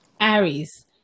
Aries